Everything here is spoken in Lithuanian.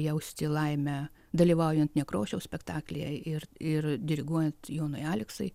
jausti laimę dalyvaujan nekrošiaus spektaklyje ir ir diriguojant jonui aleksai